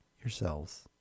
yourselves